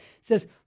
says